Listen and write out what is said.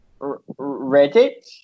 Reddit